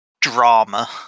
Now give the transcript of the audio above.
drama